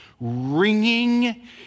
ringing